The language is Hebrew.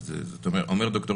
תקין.